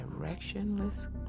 directionless